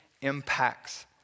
impacts